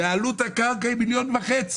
ועלות הקרקע היא 1.5 מיליון.